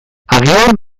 agian